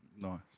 Nice